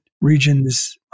regions